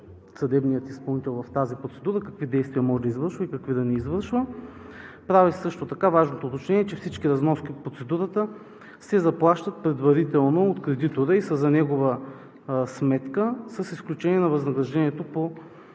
съдебният изпълнител в тази процедура, какви действия може да извършва и какви да не извършва. Правя също така важното уточнение, че всички разноски по процедурата се заплащат предварително от кредитора и са за негова сметка с изключение на възнаграждението по